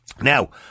Now